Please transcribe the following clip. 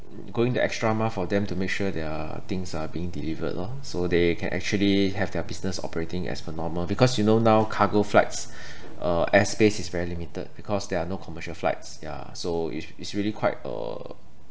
going the extra mile for them to make sure their things are being delivered lor so they can actually have their business operating as per normal because you know now cargo flights uh air space is very limited because there are no commercial flights yeah so it's it's really quite a